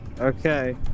Okay